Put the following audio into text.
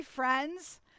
friends